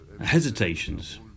hesitations